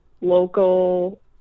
local